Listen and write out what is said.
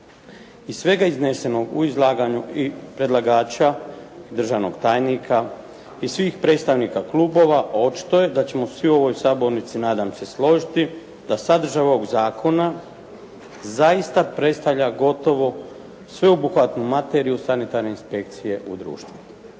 Iz svega iznesenog u izlaganju i predlagača i državnog tajnika i svih predstavnika klubova očito je da ćemo svi u ovoj sabornici nadam se složiti da sadržaj ovog zakona zaista predstavlja gotovo sveobuhvatnu materiju sanitarne inspekcije u društvu.